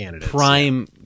prime